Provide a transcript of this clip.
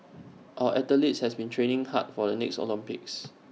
our athletes have been training hard for the next Olympics